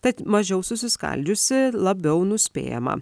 tad mažiau susiskaldžiusi labiau nuspėjama